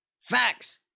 Facts